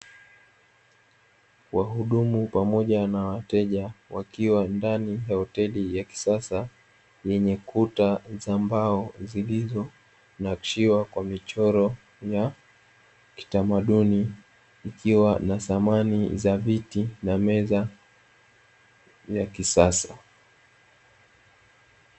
Wahudumu pamoja na wateja wakiwa ndani ya hoteli ya kisasa yenye Kuta za mbao zilizonakishiwa kwa michoro ya kitamaduni , ikiwa na samani ya viti na meza za kisasa.